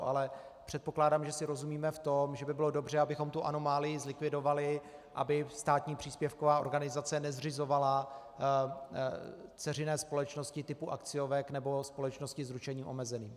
Ale předpokládám, že si rozumíme v tom, že by bylo dobře, abychom tu anomálii zlikvidovali, aby státní příspěvková organizace nezřizovala dceřiné společnosti typu akciovek nebo společností s ručením omezeným.